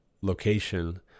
location